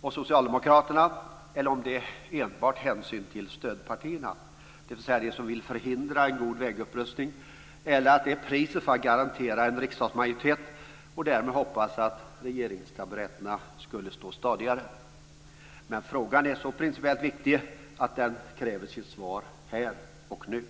och socialdemokraterna eller om det enbart är hänsyn till stödpartierna, dvs. de som vill förhindra en god vägupprustning. Eller är det priset för att garantera en riksdagsmajoritet och därmed förhoppningen att regeringstaburetterna ska stå stadigare? Men frågan är så principiellt viktig att den kräver sitt svar här och nu.